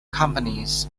companies